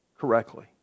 correctly